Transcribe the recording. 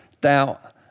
doubt